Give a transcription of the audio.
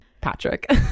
Patrick